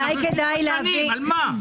אנחנו יושבים פה שנים, על מה?